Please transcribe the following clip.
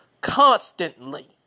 constantly